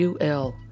UL